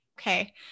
okay